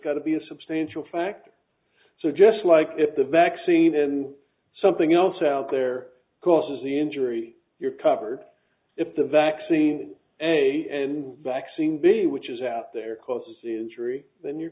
got to be a substantial factor so just like the vaccine then something else out there causes the injury you're covered if the vaccine and a and vaccine b which is out there cause injury then you're